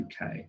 UK